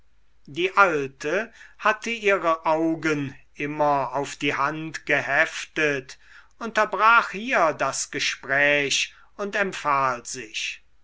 die alte hatte ihre augen immer auf die hand geheftet unterbrach hier das gespräch und empfahl sich